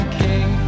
king